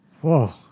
Whoa